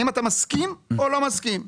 האם אתה מסכים או לא מסכים?